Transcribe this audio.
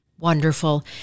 Wonderful